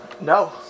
No